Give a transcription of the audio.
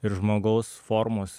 ir žmogaus formos